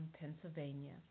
Pennsylvania